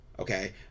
Okay